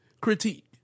critique